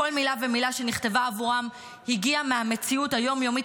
כל מילה ומילה שנכתבה עבורם הגיעה מהמציאות היום-יומית